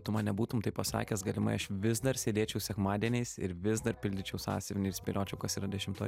tu man nebūtum taip pasakęs galimai aš vis dar sėdėčiau sekmadieniais ir vis dar pildyčiau sąsiuvinį ir spėliočiau kas yra dešimtoj